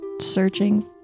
searching